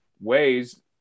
ways